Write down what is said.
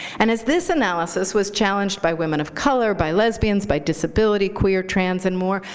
and as this analysis was challenged by women of color, by lesbians, by disability, queer, trans, and more,